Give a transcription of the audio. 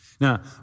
Now